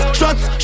shots